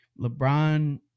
LeBron